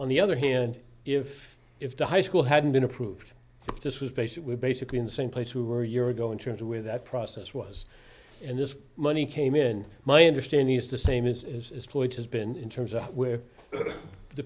on the other hand if if the high school hadn't been approved this was basically basically in the same place who were year ago in terms of where that process was and this money came in my understanding is the same is lloyds has been in terms of where the